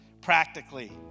practically